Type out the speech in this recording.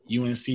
UNC